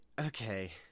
okay